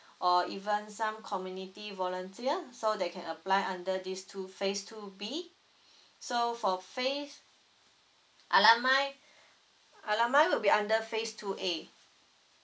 or even some community volunteer so they can apply under these two phase two B so for phase alumni alumni will be under phase two A